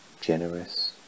generous